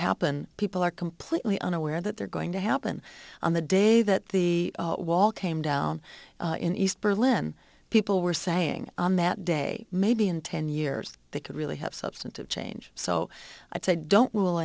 happen people are completely unaware that they're going to happen on the day that the wall came down in east berlin people were saying on that day maybe in ten years they could really have substantive change so i said don't rule